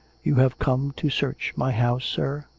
you have come to search my house, sir?